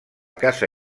casa